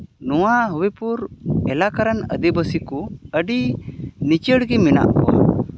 ᱱᱚᱣᱟ ᱦᱩᱭ ᱯᱚᱨ ᱮᱞᱟᱠᱟ ᱨᱮᱱ ᱟᱹᱫᱤᱵᱟᱹᱥᱤ ᱠᱚ ᱟᱹᱰᱤ ᱞᱤᱪᱟᱹᱲ ᱜᱮ ᱢᱮᱱᱟᱜ ᱠᱚᱣᱟ